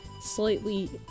slightly